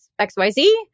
XYZ